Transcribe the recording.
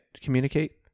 Communicate